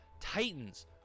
Titans